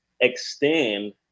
extend